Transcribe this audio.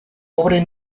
pobre